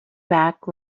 back